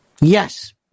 Yes